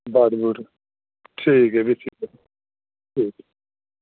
बाड़ी उप्पर ठीक ऐ जी ठीक ऐ